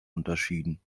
unterschieden